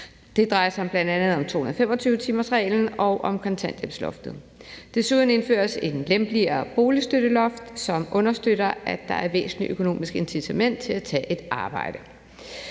Det drejer sig bl.a. om 225-timersreglen og om kontanthjælpsloftet. Desuden indføres et lempeligere boligstøtteloft, som understøtter, at der er et væsentligt økonomisk incitament til at tage et arbejde.